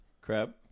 Crab